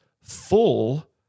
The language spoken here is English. full